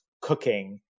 cooking